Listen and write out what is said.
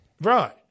right